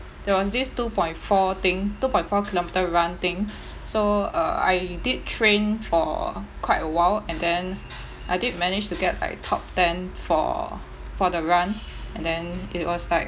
there was this two point four thing two point four kilometre run thing so uh I did train for quite a while and then I did manage to get like top ten for for the run and then it was like